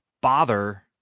bother